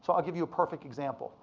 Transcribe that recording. so i'll give you a perfect example,